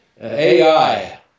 AI